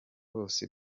bose